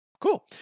cool